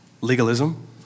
legalism